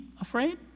afraid